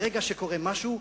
ברגע שקורה משהו,